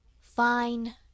Fine